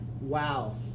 Wow